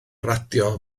radio